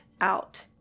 out